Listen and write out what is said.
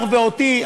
אותך ואותי.